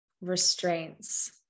restraints